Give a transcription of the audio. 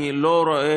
אני לא רואה